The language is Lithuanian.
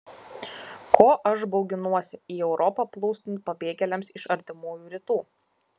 ko aš bauginuosi į europą plūstant pabėgėliams iš artimųjų rytų